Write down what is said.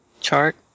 chart